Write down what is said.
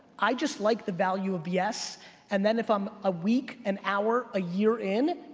i just like the value of yes and then if i'm a week, an hour, a year in,